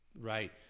Right